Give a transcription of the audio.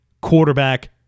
quarterback